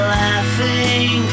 laughing